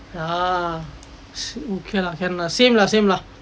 ah okay lah can lah same lah same lah